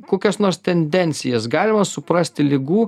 kokias nors tendencijas galima suprasti ligų